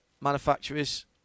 manufacturers